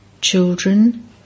Children